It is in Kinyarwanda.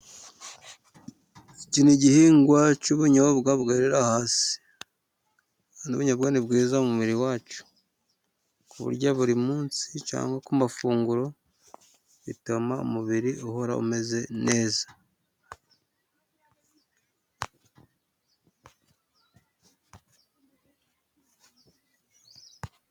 Iki ni igihingwa cy'ubunyobwa bwerera hasi. Ubunyobwa ni bwiza mu mubiri wacu. Kuburya buri munsi cyangwa ku mafunguro, bituma umubiri uhora umeze neza.